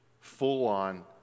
Full-on